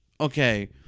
Okay